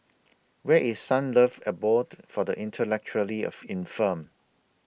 Where IS Sunlove Abode For The Intellectually of Infirmed